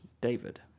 David